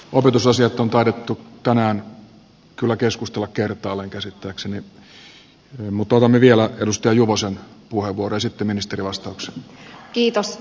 opetusasiat on taidettu tänään kyllä keskustella kertaalleen käsittääkseni mutta otamme vielä edustaja juvosen puheenvuoron ja sitten ministerien vastauksiin